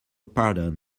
pardon